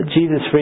Jesus